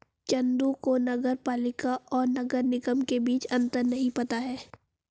चंदू को नगर पालिका और नगर निगम के बीच अंतर नहीं पता है